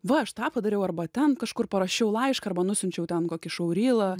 va aš tą padariau arba ten kažkur parašiau laišką arba nusiunčiau ten kokį šou rylą